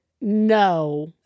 no